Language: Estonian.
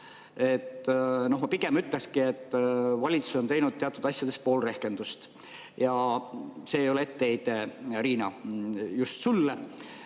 Pigem ütlekski, et valitsus on teinud teatud asjades pool rehkendust. Ja see ei ole etteheide, Riina, just sulle.